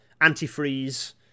antifreeze